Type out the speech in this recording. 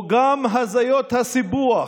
הוא גם הזיות הסיפוח.